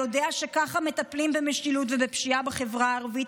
יודע שככה מטפלים במשילות ובפשיעה בחברה הערבית,